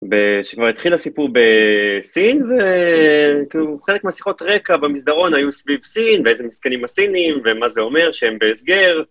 כשכבר התחיל הסיפור בסין, כאילו, חלק מהשיחות רקע במסדרון היו סביב סין, ואיזה מסכנים הסינים, ומה זה אומר שהם בהסגר.